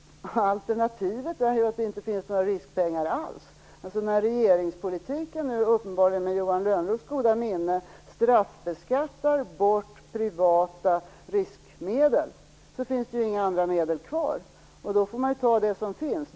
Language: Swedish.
Alternativet är ju att det inte finns några riskpengar alls. När regeringspolitiken nu, uppenbarligen med Johan Lönnroths goda minne, straffbeskattar bort privata riskmedel finns det ju inga andra medel kvar. Då får man ju ta det som finns.